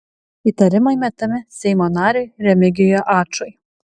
įtarimai metami seimo nariui remigijui ačui